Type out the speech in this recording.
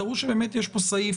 תראו שבאמת יש פה סעיף